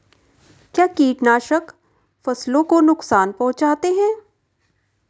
क्या कीटनाशक फसलों को नुकसान पहुँचाते हैं?